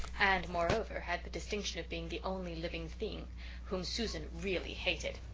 and, moreover, had the distinction of being the only living thing whom susan really hated.